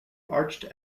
arched